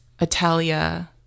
Italia